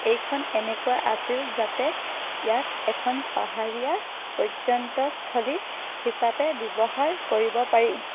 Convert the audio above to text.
এইখন এনেকুৱা আছিল যাতে ইয়াক এখন পাহাৰীয়া পৰ্যটনস্থলী হিচাপে ব্যৱহাৰ কৰিব পাৰি